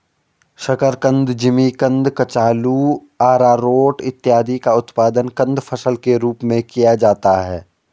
शकरकंद, जिमीकंद, कचालू, आरारोट इत्यादि का उत्पादन कंद फसल के रूप में किया जाता है